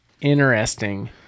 Interesting